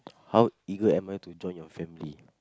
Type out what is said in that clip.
how eager am I to join your family